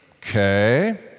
okay